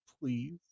please